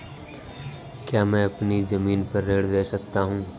क्या मैं अपनी ज़मीन पर ऋण ले सकता हूँ?